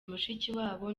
mushikiwabo